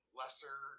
lesser